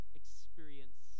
experience